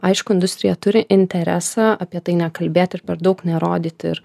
aišku industrija turi interesą apie tai nekalbėt ir per daug nerodyt ir